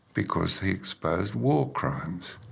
because he exposed war crimes,